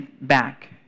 back